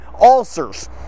Ulcers